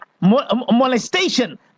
molestation